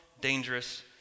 dangerous